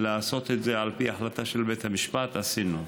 לעשות את זה על פי החלטה של בית המשפט, עשינו.